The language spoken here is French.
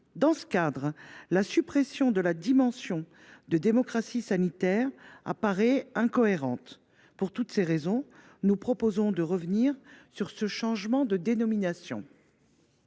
Dans ce cadre, la suppression de la dimension de démocratie sanitaire apparaît incohérente. Pour toutes ces raisons, nous proposons de revenir sur ce changement de dénomination.